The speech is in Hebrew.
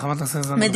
חברת הכנסת זנדברג,